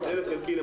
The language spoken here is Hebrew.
זה לחלקי.